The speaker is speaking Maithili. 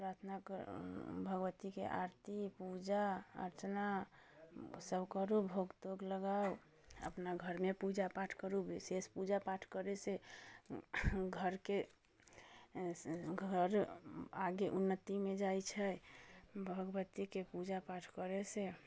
प्रार्थना कऽ भगवतीके आरती पूजा अर्चना सभ करू भोग तोग लगाउ अपना घरमे पूजा पाठ करू विशेष पूजा पाठ करैसँ घरके घर आगे उन्नतिमे जाइ छै भगवतीके पूजा पाठ करैसँ